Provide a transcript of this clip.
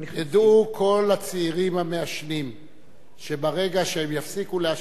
ידעו כל הצעירים המעשנים שברגע שהם יפסיקו לעשן,